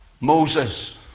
Moses